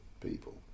people